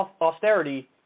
austerity